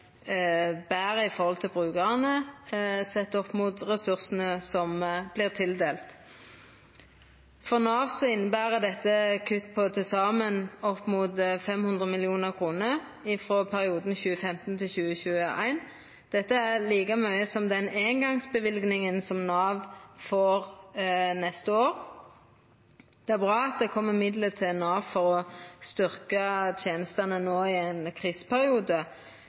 sett opp mot ressursane som vart tildelte. For Nav inneber dette kutt på opp mot til saman 500 mill. kr i perioden 2015 til 2021. Det er like mykje som eingongstildelinga som Nav får neste år. Det er bra at det kjem midlar til Nav for å styrkja tenestene no i ein kriseperiode.